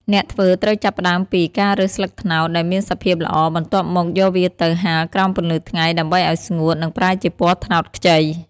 អ្នកធ្វើត្រូវចាប់ផ្តើមពី ការរើសស្លឹកត្នោត ដែលមានសភាពល្អ បន្ទាប់មកយកវាទៅ ហាលក្រោមពន្លឺថ្ងៃ ដើម្បីឱ្យស្ងួត និងប្រែជាពណ៌ត្នោតខ្ចី។